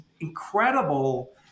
Incredible